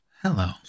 Hello